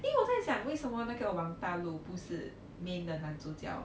then 我在想 someone 那个王大陆不是 main 的男主角